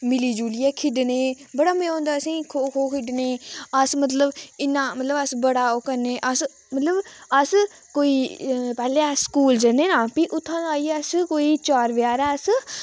मिली जुलियै खेढने बड़ा मजा औंदा असेंगी खो खो खेढने अस मतलब इन्ना मतलब अस बड़ा ओह् करने अस मतलब अस कोई पैह्ले अस स्कूल जन्नें ना फ्ही उत्थां दा आइयै अस कोई चार बजे हारै अस